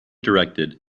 directed